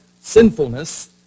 sinfulness